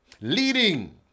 leading